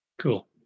Cool